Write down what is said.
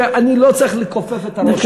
שאני לא צריך לכופף את הראש שלי פה.